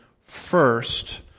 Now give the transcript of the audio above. first